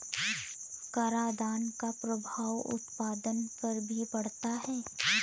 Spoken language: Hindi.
करादान का प्रभाव उत्पादन पर भी पड़ता है